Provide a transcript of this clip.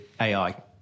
AI